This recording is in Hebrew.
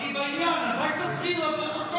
אתה בקי בעניין אז רק תזכיר לפרוטוקול